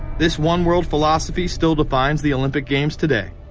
this one-world philosophy still defines the olympic games today.